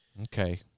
Okay